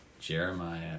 Jeremiah